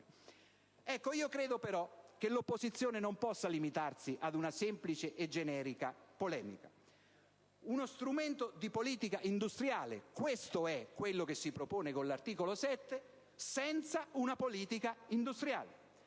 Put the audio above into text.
Credo però che l'opposizione non possa limitarsi ad una semplice e generica polemica. Uno strumento di politica industriale (questo è quello che si propone con l'articolo 7) senza una politica industriale.